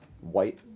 White